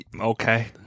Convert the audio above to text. Okay